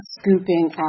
scooping